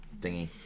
thingy